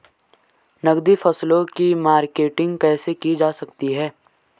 नकदी फसलों की मार्केटिंग कैसे की जा सकती है?